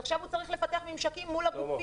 לבנק ועכשיו הוא צריך לפתח ממשקים מול הגופים,